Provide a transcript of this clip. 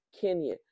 Kenya